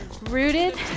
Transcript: Rooted